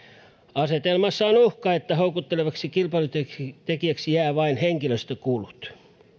asetelmassa on uhka että houkuttelevaksi kilpailutekijäksi jäävät henkilöstökulut